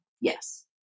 Yes